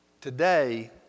Today